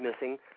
missing